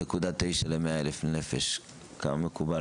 3.9 ל-100,000 נפש, כמה מקובל